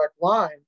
line